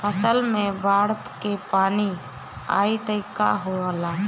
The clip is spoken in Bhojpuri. फसल मे बाढ़ के पानी आई त का होला?